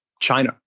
China